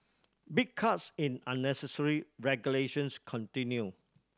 big cuts in unnecessary regulations continue